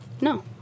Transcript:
No